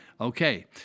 Okay